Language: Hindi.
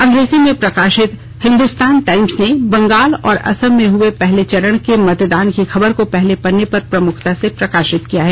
अंग्रेजी में प्रकाशित हिंदुस्तान टाइम्स ने बंगाल और असम में हुए पहले चरण के मतदान की खबर को पहले पन्ने पर प्रमुखता से प्रकाशित किया है